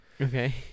Okay